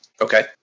Okay